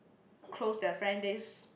close their friend they